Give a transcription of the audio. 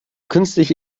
künstliche